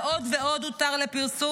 על עוד ועוד "הותר לפרסום",